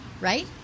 right